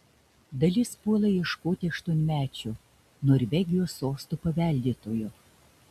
dalis puola ieškoti aštuonmečio norvegijos sosto paveldėtojo